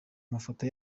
mafoto